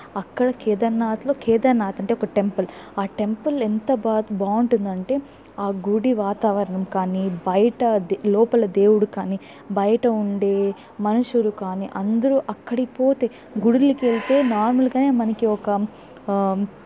అక్కడ కేదర్నాథ్లో కేదర్నాథ్ అంటే ఒక టెంపుల్ ఆ టెంపుల్ ఎంత బాగుంటుందంటే ఆ గుడి వాతావరణం కానీ బయట లోపల దేవుడు కానీ బయట ఉండే మనుషులు కానీ అందరూ అక్కడికి పోతే గుడిలకెళ్తే మాములుగానే మనకి ఒక